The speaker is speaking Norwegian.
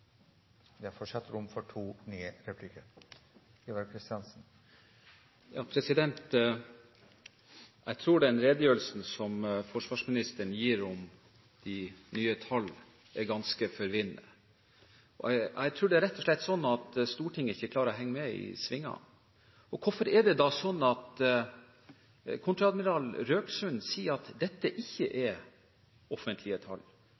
forsvarsministeren gir om de nye tall, er ganske forvirrende. Jeg tror rett og slett det er slik at Stortinget ikke klarer å henge med i svingene. Hvorfor er det slik at kontreadmiral Røksund sier at dette ikke er offentlige tall?